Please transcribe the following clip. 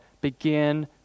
begin